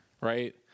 right